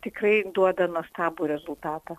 tikrai duoda nuostabų rezultatą